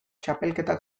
txapelketa